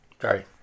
Sorry